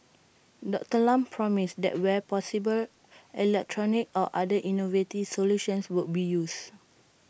Doctor Lam promised that where possible electronic or other innovative solutions would be used